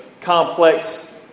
complex